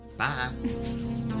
Bye